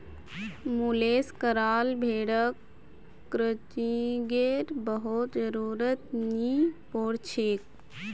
मुलेस कराल भेड़क क्रचिंगेर बहुत जरुरत नी पोर छेक